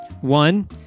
One